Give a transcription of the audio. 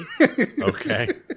Okay